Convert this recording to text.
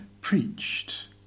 preached